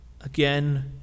again